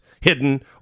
hidden